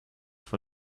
for